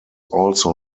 also